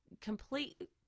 complete